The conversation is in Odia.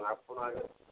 ଆପଣ ଆଗେ